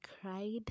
cried